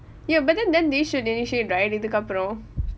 you abandon then they should initiate right இதுக்கு அப்புறம்:ithukku appuram